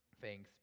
Thanks